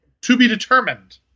to-be-determined